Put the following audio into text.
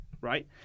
right